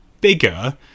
bigger